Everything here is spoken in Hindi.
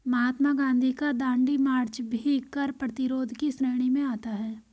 महात्मा गांधी का दांडी मार्च भी कर प्रतिरोध की श्रेणी में आता है